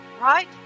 Right